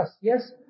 Yes